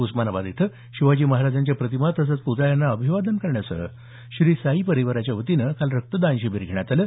उस्मानाबाद इथं शिवाजी महाराजांच्या प्रतिमा तसंच प्तळ्यांना अभिवादन करण्यासह श्री साई परिवाराच्या वतीनं रक्तदान शिबीर घेण्यात आलं